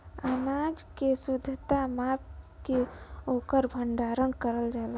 अनाज के शुद्धता माप के ओकर भण्डारन करल जाला